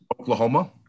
Oklahoma